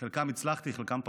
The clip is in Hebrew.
חלקם הצלחתי, חלקם פחות.